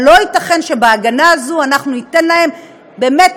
אבל לא ייתכן שבהגנה הזאת אנחנו ניתן להם באמת